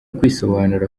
kwisobanura